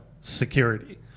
security